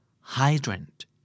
Hydrant